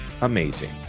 amazing